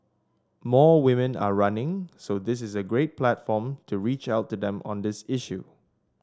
more women are running so this is a great platform to reach out to them on this issue